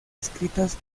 escritas